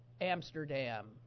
Amsterdam